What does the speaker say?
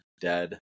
dead